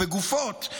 בשבויים ובגופות,